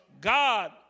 God